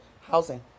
housing